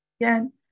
Again